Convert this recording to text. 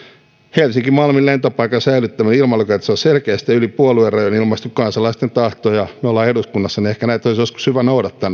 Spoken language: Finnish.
helsinki malmin lentopaikan säilyttäminen ilmailukäytössä on selkeästi ja yli puoluerajojen ilmaistu kansalaisten tahto me olemme eduskunnassa ja ehkä näitä kansalaisten tahtoja olisi joskus hyvä noudattaa